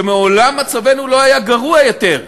שמעולם מצבנו לא היה גרוע יותר,